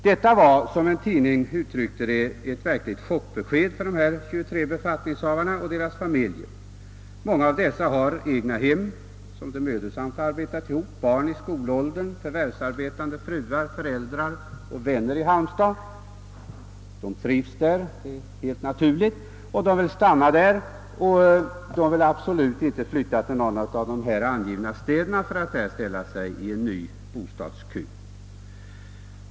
Detta var, som en tidning uttryckte det, ett verkligt chockbesked för de 23 befattningshavarna och deras familjer. Många av dessa har egnahem som de mödosamt arbetat ihop, barn i skolåldern, förvärvsarbetande fruar, föräldrar och vänner i Halmstad. De trivs där, vilket är helt naturligt, och de vill stanna och önskar absolut inte flytta till någon av de nyssnämnda städerna för att där ställa sig i en flerårig bostadskö.